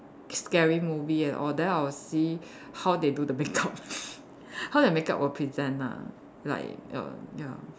scary movie and all that I will see how they do their makeup how their makeup will present ah like err ya